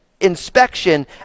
inspection